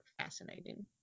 fascinating